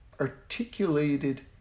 articulated